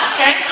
Okay